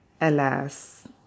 Alas